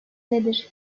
nedir